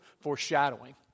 foreshadowing